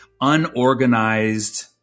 unorganized